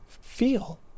feel